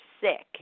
sick